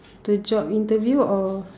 the job interview or